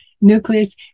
nucleus